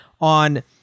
On